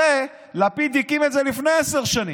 הרי לפיד הקים את זה לפני עשר שנים.